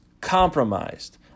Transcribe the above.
compromised